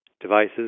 devices